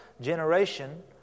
generation